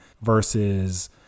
versus